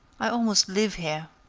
i almost live here,